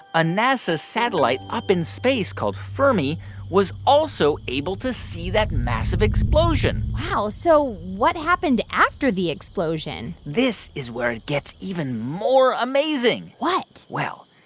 a nasa satellite up in space called fermi was also able to see that massive explosion wow. so what happened after the explosion? this is where it gets even more amazing what? well,